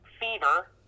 fever